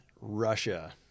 Russia